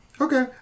okay